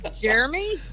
Jeremy